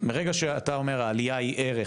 מרגע שאתה אומר העלייה היא ערך,